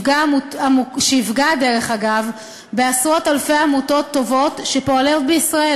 שיפגע דרך אגב בעשרות-אלפי עמותות טובות שפועלות בישראל,